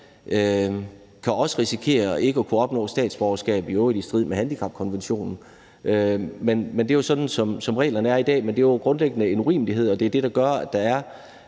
kan også risikere ikke at opnå statsborgerskab – i øvrigt i strid med handicapkonventionen. Men det er jo sådan, reglerne er i dag. Det er grundlæggende en urimelighed, og det er det, der gør, at der er